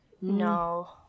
no